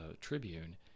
tribune